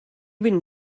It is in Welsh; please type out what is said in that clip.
wyn